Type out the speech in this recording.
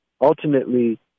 ultimately